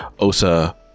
Osa